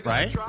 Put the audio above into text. Right